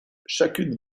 chacune